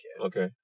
Okay